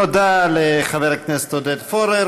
תודה לחבר הכנסת עודד פורר.